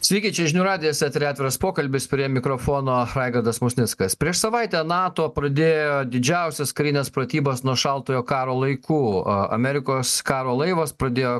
sveiki čia žinių radijas eteryje atviras pokalbis prie mikrofono raigardas musnickas prieš savaitę nato pradėjo didžiausias karines pratybas nuo šaltojo karo laikų amerikos karo laivas pradėjo